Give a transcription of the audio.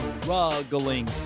struggling